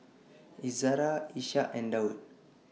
Izara Ishak and Daud